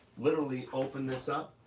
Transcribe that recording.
literally open this up,